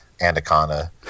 Anaconda